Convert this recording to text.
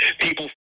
people